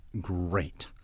great